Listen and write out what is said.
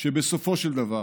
שבסופו של דבר